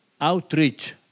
outreach